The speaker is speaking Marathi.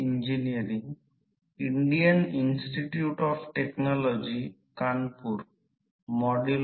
या प्रकरणात विद्युत प्रवाह आघाडीवर आहे